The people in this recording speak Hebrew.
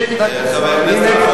נגד הקיצונים.